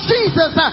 Jesus